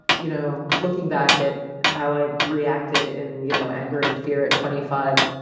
you know looking back at how i reacted in you know anger and fear at twenty five,